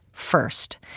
first